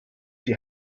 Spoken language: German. die